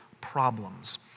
problems